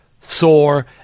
sore